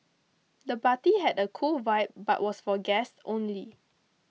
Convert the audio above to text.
the party had a cool vibe but was for guests only